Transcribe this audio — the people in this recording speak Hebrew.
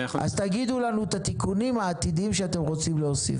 אז תגידו לנו את התיקונים העתידיים שאתם רוצים להוסיף.